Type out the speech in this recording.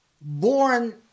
born